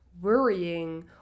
worrying